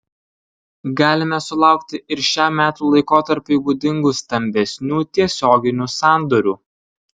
galime sulaukti ir šiam metų laikotarpiui būdingų stambesnių tiesioginių sandorių